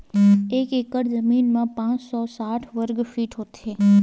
एक एकड़ जमीन मा पांच सौ साठ वर्ग फीट होथे